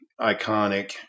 iconic